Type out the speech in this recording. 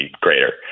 greater